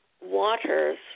waters